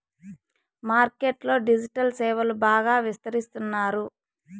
market లో digital సేవలు బాగా విస్తరిస్తున్నారు